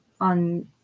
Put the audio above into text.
on